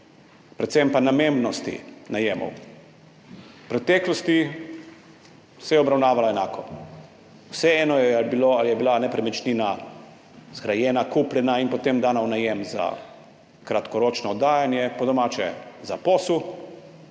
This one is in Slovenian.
predvsem pa namembnosti najemov. V preteklosti se je obravnavalo enako, vseeno je bilo, ali je bila nepremičnina zgrajena, kupljena in potem dana v najem za kratkoročno oddajanje, po domače za posel,